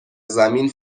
زمین